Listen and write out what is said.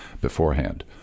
beforehand